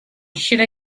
should